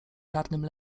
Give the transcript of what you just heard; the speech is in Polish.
czarnym